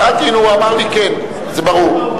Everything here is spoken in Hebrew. שאלתי והוא אמר לי כן, זה ברור.